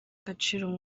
agaciro